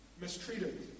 mistreated